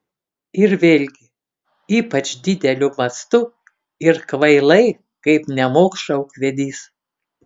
ir vėlgi ypač dideliu mastu ir kvailai kaip nemokša ūkvedys